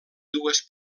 dues